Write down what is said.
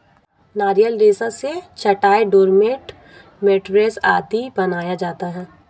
नारियल रेशा से चटाई, डोरमेट, मैटरेस आदि बनाया जाता है